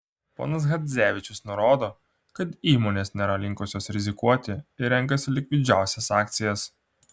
ponas chadzevičius nurodo kad įmonės nėra linkusios rizikuoti ir renkasi likvidžiausias akcijas